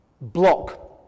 block